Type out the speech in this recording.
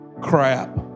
crap